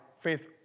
faith